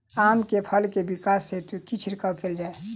आम केँ फल केँ विकास हेतु की छिड़काव कैल जाए?